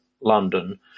London